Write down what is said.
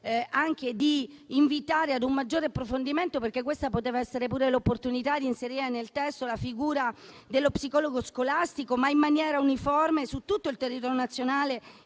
cercato di invitare ad un maggiore approfondimento, perché questa poteva essere l'opportunità di inserire nel testo la figura dello psicologo scolastico, ma in maniera uniforme su tutto il territorio nazionale